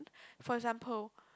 for example